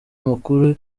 amakuru